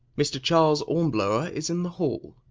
mr. charles ornblower is in the hall.